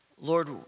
Lord